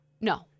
No